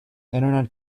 internet